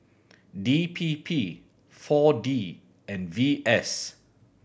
D P P Four D and V S